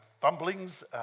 fumblings